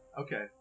Okay